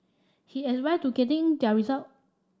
his advice to getting their result